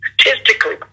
statistically